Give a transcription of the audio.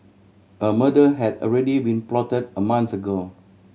a murder had already been plotted a month ago